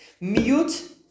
Mute